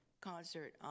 concert